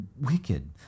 wicked